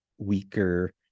weaker